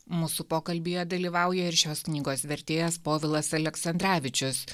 mūsų pokalbyje dalyvauja ir šios knygos vertėjas povilas aleksandravičius